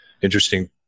Interesting